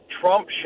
Trump